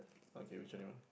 okay which one you want